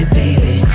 baby